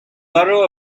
borough